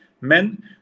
men